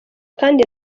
kandi